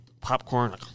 popcorn